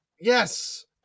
Yes